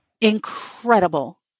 incredible